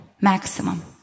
maximum